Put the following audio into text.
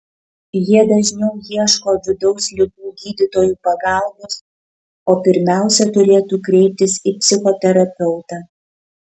jie dažniau ieško vidaus ligų gydytojų pagalbos o pirmiausia turėtų kreiptis į psichoterapeutą